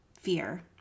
fear